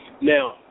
Now